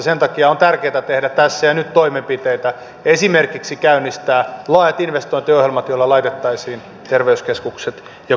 sen takia on tärkeää tehdä tässä ja nyt toimenpiteitä esimerkiksi käynnistää laajat investointiohjelmat joilla laitettaisiin terveyskeskukset ja koulut kuntoon